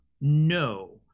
No